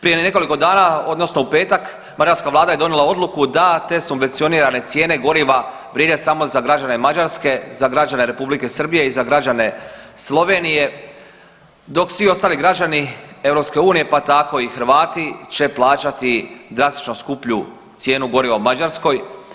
Prije nekoliko dana odnosno u petak mađarska vlada je donijela odluku da te subvencionirane cijene goriva vrijede samo za građane Mađarske, za građene Republike Srbije i za građane Slovenije dok svi ostali građani EU pa tako i Hrvati će plaćati drastično skuplju cijenu goriva u Mađarskoj.